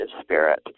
spirit